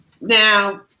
now